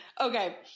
Okay